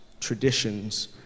traditions